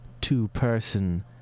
two-person